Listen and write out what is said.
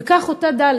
וכך אותה ד'.